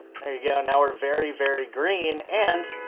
you go now we're, very, very green and.